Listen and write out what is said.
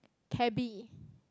Cabbie